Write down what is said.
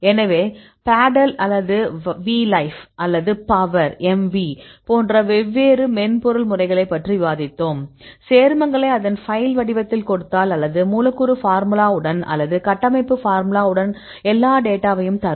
எனவே பேடெல் அல்லது வ்லைஃப் அல்லது பவர் MV போன்ற வெவ்வேறு மென்பொருள் முறைகள் பற்றி விவாதித்தோம் சேர்மங்களை அதன் ஃபைல் வடிவத்தில் கொடுத்தால் அல்லது மூலக்கூறு ஃபார்முலா உடன் அல்லது கட்டமைப்பு ஃபார்முலா உடன் எல்லா டேட்டாவையும் தரும்